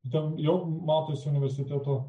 ten jau matosi universiteto